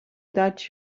that